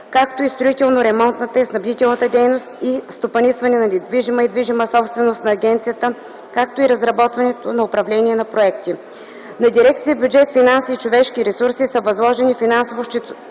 както и строително-ремонтната и снабдителната дейност и стопанисване на недвижима и движима собственост на агенцията, както и разработването на управление на проекти. На Дирекция „Бюджет, финанси и човешки ресурси” са възложени финансово-счетоводното